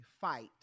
fight